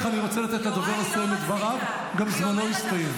אז אתה, אל תדבר על לגיטימציה כשאתה עושה לנשים